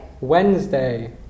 Wednesday